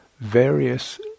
various